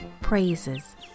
Praises